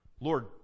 Lord